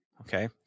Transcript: Okay